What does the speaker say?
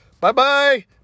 Bye-bye